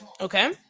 Okay